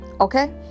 Okay